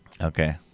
Okay